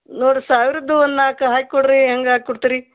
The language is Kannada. ನೋಡಿರಿ ಸಾವಿರದ್ದು ಒಂದು ನಾಲ್ಕು ಹಾಕಿಕೊಡ್ರಿ ಹೆಂಗ್ ಹಾಕ್ಕೊಡ್ತೀರಿ